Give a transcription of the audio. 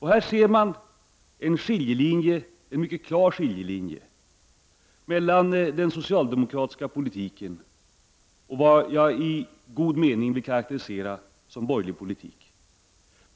Här ser man en mycket klar skiljelinje mellan den socialdemokratiska politiken och vad jag i god mening vill karakterisera som borgerlig politik.